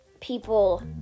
people